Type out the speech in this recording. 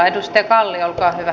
edustaja kalli olkaa hyvä